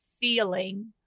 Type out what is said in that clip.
feeling